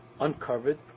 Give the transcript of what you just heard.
uncovered